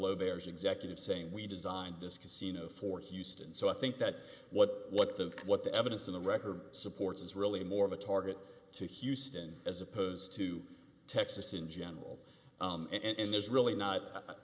there's executive saying we designed this casino for houston so i think that what what the what the evidence in the record supports is really more of a target to houston as opposed to texas in general and there's really not i